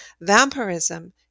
vampirism